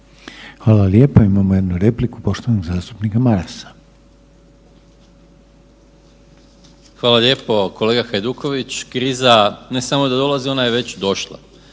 Hvala lijepa. Imamo jednu repliku, poštovani zastupnik Maras. **Maras, Gordan (SDP)** Hvala lijepo. Kolega Hajduković, kriza ne samo da dolazi, ona je već došla.